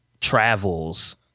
travels